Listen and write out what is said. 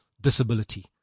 disability